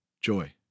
joy